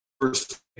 first